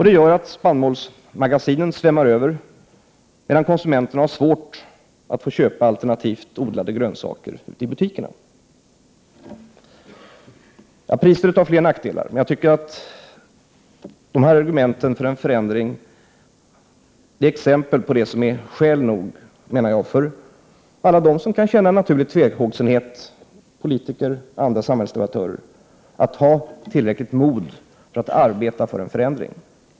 Det gör att spannmålsmagasinen svämmar över, medan konsumenterna har svårt att få köpa alternativt odlade grönsaker ute i butikerna. Prisstödet har fler nackdelar, men jag tycker att dessa argument för en förändring är skäl nog för alla dem som kan känna en naturlig tvehågsenhet, politiker och andra samhällsdebattörer, så att de får tillräckligt mod för att arbeta för en förändring.